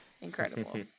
incredible